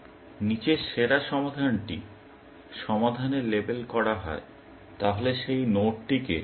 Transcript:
যদি নীচের সেরা সমাধানটি সমাধানের লেবেল করা হয় তাহলে সেই নোডটিকে লেবেল করুন সল্ভড